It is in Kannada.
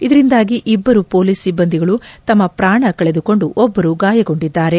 ಇದರಿಂದಾಗಿ ಇಬ್ಲರು ಮೊಲೀಸ್ ಸಿಬ್ಲಂದಿಗಳು ತಮ್ನ ಪ್ರಾಣ ಕಳೆದುಕೊಂದು ಒಬ್ಬರು ಗಾಯಗೊಂಡಿದ್ದಾರೆ